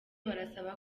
barasaba